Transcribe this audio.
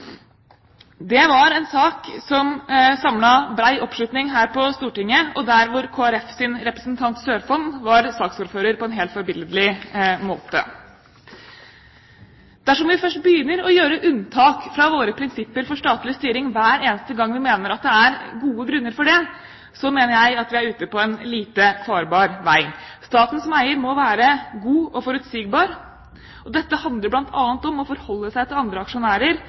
Det var en sak som samlet bred oppslutning her på Stortinget, og der Kristelig Folkepartis representant, Sørfonn, var saksordfører på en helt forbilledlig måte. Dersom vi først begynner å gjøre unntak fra våre prinsipper om statlig styring hver eneste gang vi mener at det er gode grunner til det, mener jeg at vi er ute på en lite farbar vei. Staten som eier må være god og forutsigbar. Dette handler bl.a. om å forholde seg til andre aksjonærer